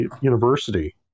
university